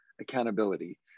accountability